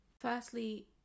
Firstly